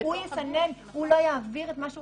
והוא לא יעביר למי שמחליט את מה שהוא